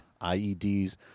IEDs